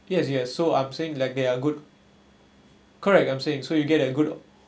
yes yes so I'm saying like they are good correct I'm saying so you get a good